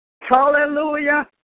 Hallelujah